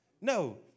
No